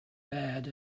bad